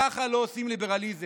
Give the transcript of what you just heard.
ככה לא עושים ליברליזם,